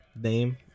Name